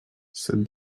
said